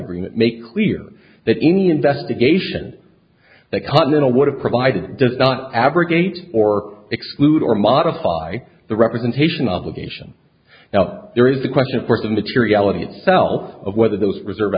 agreement make clear that any investigation that cottle would have provided does not abrogate or exclude or modify the representation obligation now there is a question for the materiality itself of whether those reserve